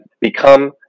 become